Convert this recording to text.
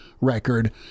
Record